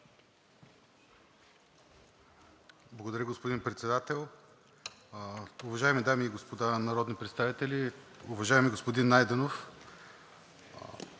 Благодаря, господин Председател. Уважаеми дами и господа народни представители! Уважаеми господин Найденов!